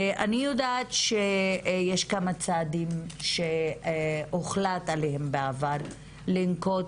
אני יודעת שיש כמה צעדים שהוחלט בעבר לנקוט